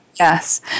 Yes